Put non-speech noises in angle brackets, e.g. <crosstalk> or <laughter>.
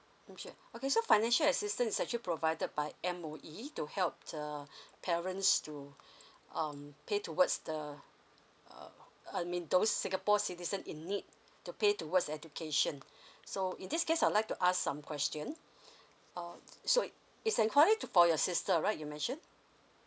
mm sure okay so financial assistance actually provided by M_O_E to help the parents to um pay towards the uh I mean those singapore citizen in need to pay towards education <breath> so in this case I would like to ask some question uh so is is inquiry to for your sister right you mention